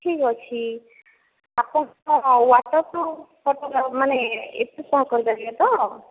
ଠିକ୍ ଅଛି ଆପଣ ତ ଆସନ୍ତୁ ମାନେ ଏତେ ସମୟ କରି ପାରିବେ ତ